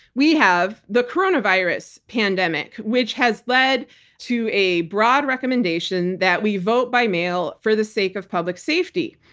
we have the coronavirus pandemic, which has led to a broad recommendation that we vote by mail for the sake of public safety.